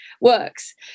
works